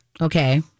okay